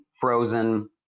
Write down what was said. frozen